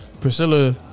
Priscilla